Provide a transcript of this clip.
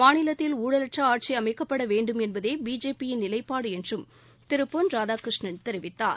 மாநிலத்தில் ஊழலற்ற ஆட்சி அமைக்கப்பட வேண்டும் என்பதே பிஜேபி யின் நிலைப்பாடு என்றும் திரு பொன் ராதாகிருஷ்ணன் தெரிவித்தார்